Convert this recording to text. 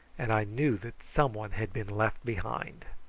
and i knew that some one had been left behind.